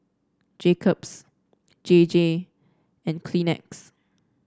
Jacob's J J and Kleenex